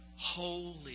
holy